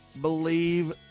believe